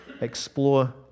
Explore